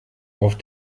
auf